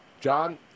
John